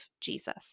Jesus